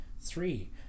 Three